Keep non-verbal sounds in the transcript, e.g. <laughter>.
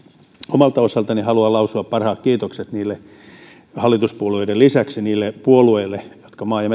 omalta osaltani haluan lausua parhaat kiitokset hallituspuolueiden lisäksi niille puolueille jotka maa ja <unintelligible>